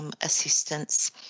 assistance